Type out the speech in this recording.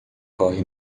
corre